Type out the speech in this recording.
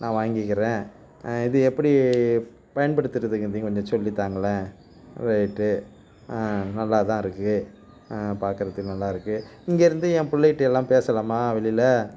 நான் வாங்கிக்கிறேன் இது எப்படி பயன்படுத்தறதுங்கறதையும் கொஞ்சம் சொல்லித் தாங்களேன் ரைட்டு நல்லாதான் இருக்குது பார்க்கறதுக்கு நல்லா இருக்குது இங்கே இருந்து என் பிள்ளைட்ட எல்லாம் பேசலாமா வெளியில